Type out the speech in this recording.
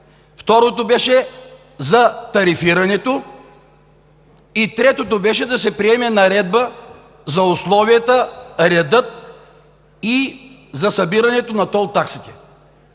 Второто беше за тарифирането. Третото беше да се приеме наредба за условията и реда за събирането на тол таксите.